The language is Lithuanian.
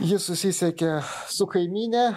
ji susisiekė su kaimyne